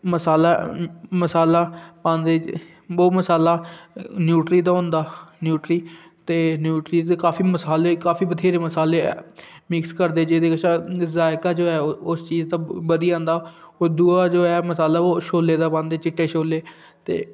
मसाला मसाला पांदे ते बहुत मसाला न्यूट्री दा होंदा न्यूट्री ते न्यूट्री काफी मसाले काफी बथ्हेरे मसाले मिक्स करदे जेह्दे कशा ते ओह्दा जायका जो ऐ उस चीज दी बधी जंदा ओह् दूआ जो ऐ मसाला छोले दा पांदे चिट्टे छोले ते